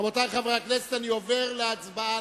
רבותי, אני עובר להצבעה.